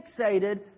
fixated